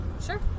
Sure